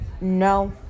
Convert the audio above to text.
no